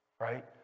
right